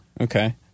Okay